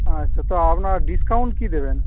আচ্ছা তো আপনারা ডিসকাউন্ট কী দেবেন